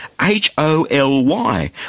H-O-L-Y